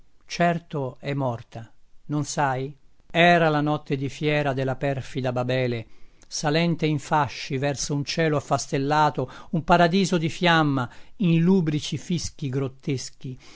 certo è morta non sai era la notte di fiera della perfida babele salente in fasci verso un cielo affastellato un paradiso di fiamma in lubrici fischi grotteschi